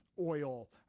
oil